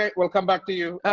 ah we'll come back to you.